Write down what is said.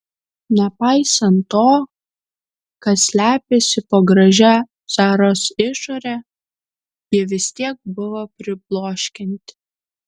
nepaisant to kas slėpėsi po gražia zaros išore ji vis tiek buvo pribloškianti